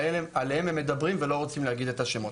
שעליהם הם מדברים ולא רוצים להגיד את השמות.